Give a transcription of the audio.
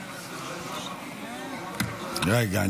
רגע,